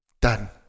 Done